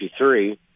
1953